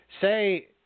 say